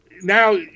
now